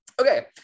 Okay